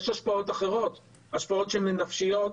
יש השפעות אחרות, השפעות הן נפשיות,